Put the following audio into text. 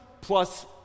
plus